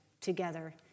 together